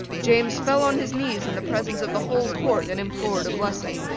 james fell on his knees in the presence of the whole court and implored a blessing.